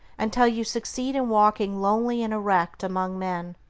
until you succeed in walking lonely and erect among men.